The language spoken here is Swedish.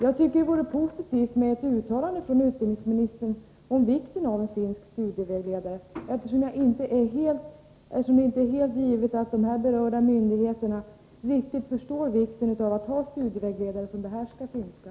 Jag tycker att det vore positivt med ett uttalande från utbildningsministern om vikten av en finsk studievägledare, eftersom det inte är helt givet att de här berörda myndigheterna riktigt förstår vikten av att ha en studievägledare som behärskar finska.